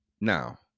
Now